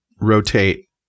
rotate